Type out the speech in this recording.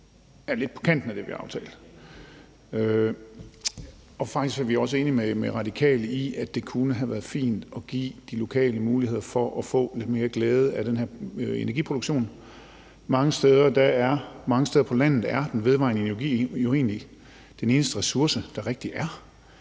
er lidt på kanten af det, vi har aftalt. Faktisk er vi også enige med Radikale i, at det kunne have været fint at give de lokale mulighed for at få lidt mere glæde af den her energiproduktion. Mange steder på landet er den vedvarende energi jo egentlig den eneste ressource, der rigtigt er,